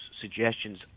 suggestions